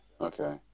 okay